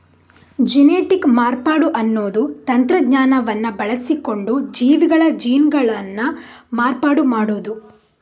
genetic ಮಾರ್ಪಾಡು ಅನ್ನುದು ತಂತ್ರಜ್ಞಾನವನ್ನ ಬಳಸಿಕೊಂಡು ಜೀವಿಗಳ ಜೀನ್ಗಳನ್ನ ಮಾರ್ಪಾಡು ಮಾಡುದು